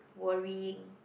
worrying